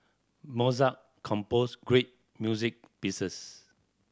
Mozart composed great music pieces